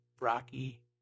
Rocky